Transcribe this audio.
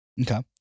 okay